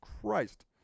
Christ